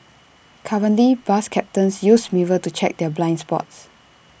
currently bus captains use mirrors to check their blind spots